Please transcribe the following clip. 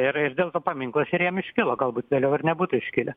ir ir dėl to paminklas ir jam iškilo galbūt vėliau ir nebūtų iškilę